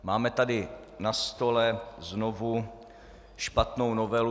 Máme tady na stole znovu špatnou novelu.